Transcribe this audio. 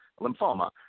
lymphoma